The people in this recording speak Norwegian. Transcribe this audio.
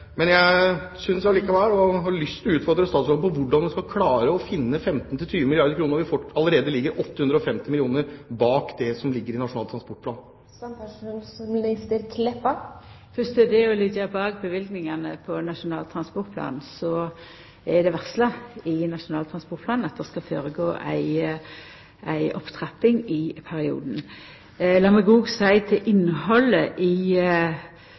Jeg har lyst til å utfordre statsråden på hvordan hun skal klare å finne 15–20 milliarder kr, når vi allerede ligger 850 mill. kr bak det som ligger i Nasjonal transportplan. Fyrst til det å liggja bak løyvingane i Nasjonal transportplan: Det er i Nasjonal transportplan varsla at det skal koma ei opptrapping i perioden. Lat meg òg seia til innhaldet i